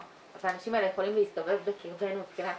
והאנשים האלה יכולים להסתובב בקרבנו מבחינת